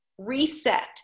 reset